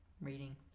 reading